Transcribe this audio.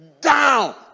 down